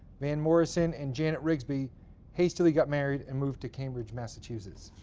van morrison and janet rigsbee hastily got married and moved to cambridge, massachusetts.